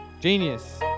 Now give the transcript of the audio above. genius